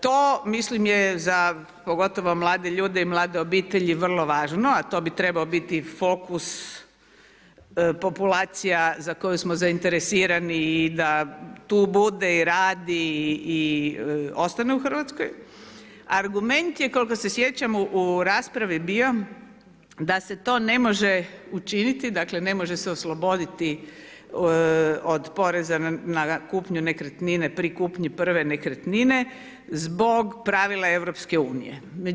To mislim je za pogotovo mlade ljude i mlade obitelji vrlo važno a to bi trebao biti fokus populacija za koju smo zainteresirani i da tu bude i radi i ostane u Hrvatskoj, argument je koliko se sjećamo u raspravi bio da se to ne može učiniti dakle ne može se osloboditi od poreza na kupnju nekretnine pri kupnji prve nekretnine zbog pravila Europske unije.